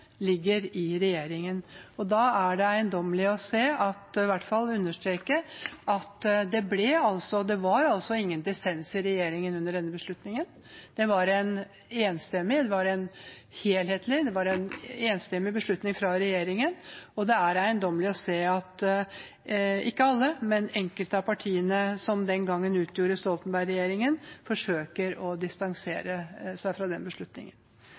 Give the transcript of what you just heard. ligger i regjeringen. Jeg vil understreke at det var ingen dissens i regjeringen om denne beslutningen, det var en enstemmig, helhetlig beslutning fra regjeringen. Det er eiendommelig å se at enkelte av partiene – ikke alle – som den gangen utgjorde Stoltenberg-regjeringen, forsøker å distansere seg fra den beslutningen.